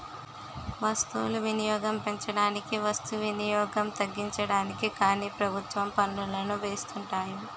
వస్తువులు వినియోగం పెంచడానికి వస్తు వినియోగం తగ్గించడానికి కానీ ప్రభుత్వాలు పన్నులను వేస్తుంటాయి